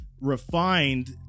refined